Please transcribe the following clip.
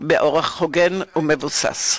באופן הוגן ומבוסס.